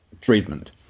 treatment